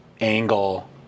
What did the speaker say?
Angle